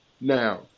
now